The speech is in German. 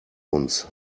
uns